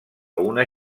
una